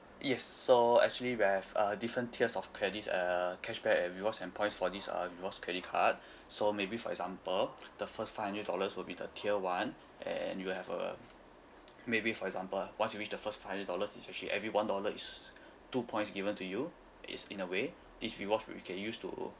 yes so actually we have a different tiers of credit uh cashback and rewards and points for this um rewards credit card so maybe for example the first five hundred dollars will be the tier one and you have a maybe for example ah once you reach the first hundred dollars is actually one dollar is two points given to you it's in a way this rewards you can use to